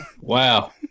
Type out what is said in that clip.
Wow